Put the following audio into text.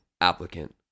applicant